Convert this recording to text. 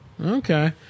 Okay